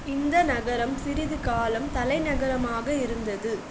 இந்த நகரம் சிறிது காலம் தலைநகரமாக இருந்தது